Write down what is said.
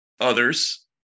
others